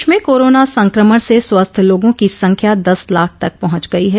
देश में कोरोना संक्रमण से स्वस्थ लोगों की संख्या दस लाख तक पहुंच गई है